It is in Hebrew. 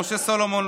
משה סלומון,